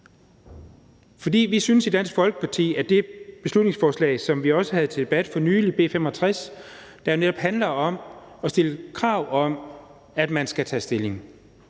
det. Vi synes i Dansk Folkeparti, at det beslutningsforslag, som vi havde til debat for nylig, B 65, som netop handler om at stille krav om, at man skal tage stilling,